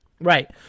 Right